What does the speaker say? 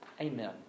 Amen